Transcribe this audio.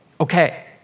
Okay